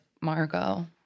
Margot